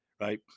right